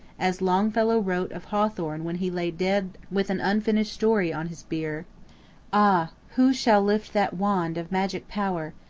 as longfellow wrote of hawthorne when he lay dead with an unfinished story on his bier ah, who shall lift that wand of magic power,